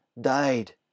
died